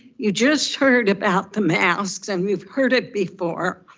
you just heard about the masks and we've heard it before,